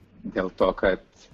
dėl to kad